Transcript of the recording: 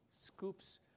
scoops